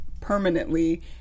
permanently